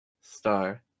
star